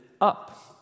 up